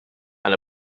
and